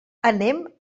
anem